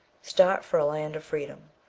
start for a land of freedom.